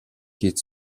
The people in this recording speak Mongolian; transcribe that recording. хийж